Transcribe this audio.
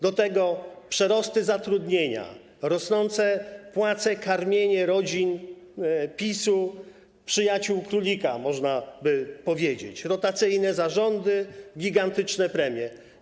Do tego mamy przerost zatrudnienia, rosnące płace, karmienie rodzin PiS-u, przyjaciół królika - można by powiedzieć - rotacyjne zarządy, gigantyczne premie.